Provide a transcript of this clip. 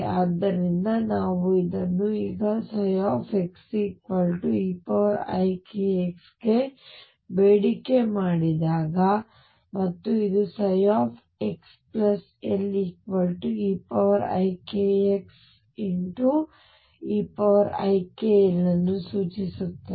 ಆದ್ದರಿಂದ ನಾವು ಇದನ್ನು ಈಗ xeikx ಗೆ ಬೇಡಿಕೆ ಮಾಡಿದಾಗ ಮತ್ತು ಇದು xLeikxeikL ಅನ್ನು ಸೂಚಿಸುತ್ತದೆ